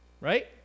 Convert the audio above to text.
Right